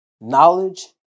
Knowledge